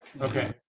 okay